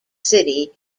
city